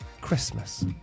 Christmas